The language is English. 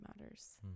matters